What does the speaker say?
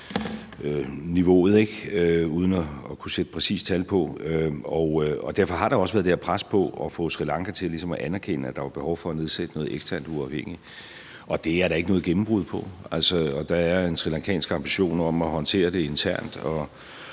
ikke – uden at kunne sætte præcise tal på? Og derfor har der også været det her pres på for at få Sri Lanka til ligesom at anerkende, at der var behov for at nedsætte noget eksternt uafhængigt. Det er der ikke noget gennembrud på. Der er en srilankansk ambition om at håndtere det internt,